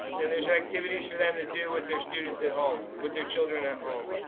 and there's activities for them to do with their students at home with their children at home.